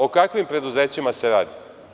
O kakvim preduzećima se radi?